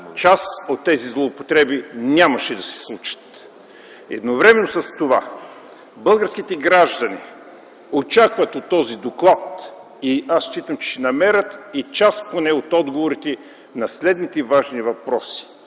част от тези злоупотреби нямаше да се случат. Едновременно с това българските граждани очакват от този доклад, аз считам, че ще намерят и поне част от отговорите на следните важни въпроси: